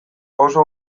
oso